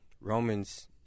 Romans